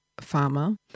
farmer